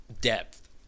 depth